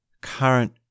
current